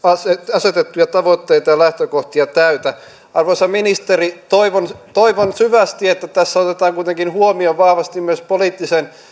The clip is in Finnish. asetettuja tavoitteita ja lähtökohtia täytä arvoisa ministeri toivon toivon syvästi että tässä otetaan kuitenkin huomioon vahvasti myös poliittisen